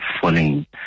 falling